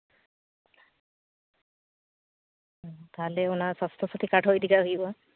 ᱛᱟᱦᱞᱮ ᱚᱱᱟ ᱥᱟᱥᱛᱷᱚ ᱥᱟᱛᱷᱤ ᱠᱟᱨᱰ ᱦᱚᱸ ᱤᱫᱤ ᱠᱟᱜ ᱦᱩᱭᱩᱜᱼᱟ